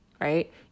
Right